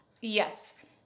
Yes